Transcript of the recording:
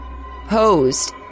posed